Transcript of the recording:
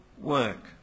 work